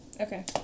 Okay